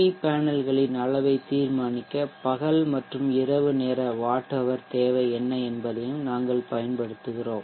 we பேனல்களின் அளவை தீர்மானிக்க பகல் மற்றும் இரவு நேர வாட் ஹவர் தேவை என்ன என்பதையும் நாங்கள் பயன்படுத்துகிறோம்